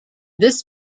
this